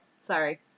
Sorry